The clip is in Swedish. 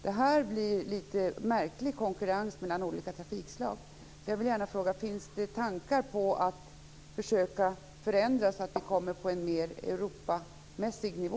Detta gör att det blir en något märklig konkurrens mellan olika trafikslag. Jag vill gärna fråga: Finns det tankar om att försöka att förändra detta så att vi hamnar på en mer Europamässig nivå?